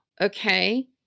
okay